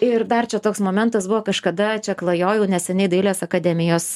ir dar čia toks momentas buvo kažkada čia klajojau neseniai dailės akademijos